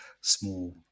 small